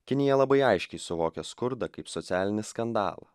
kinija labai aiškiai suvokia skurdą kaip socialinį skandalą